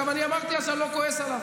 אגב, אני אמרתי, אז אני לא כועס עליו.